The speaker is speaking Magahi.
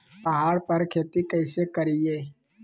पहाड़ पर खेती कैसे करीये?